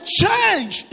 change